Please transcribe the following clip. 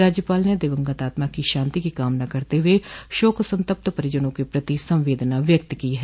राज्यपाल ने दिवंगत आत्मा की शान्ति की कामना करते हुए शोक संतप्त परिजनों के प्रति संवेदना व्यक्त की है